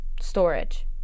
Storage